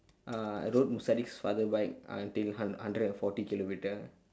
uh I rode sadiq's father bike until hun~ hundred and forty kilometre